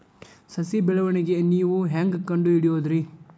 ಸಸಿ ಬೆಳವಣಿಗೆ ನೇವು ಹ್ಯಾಂಗ ಕಂಡುಹಿಡಿಯೋದರಿ?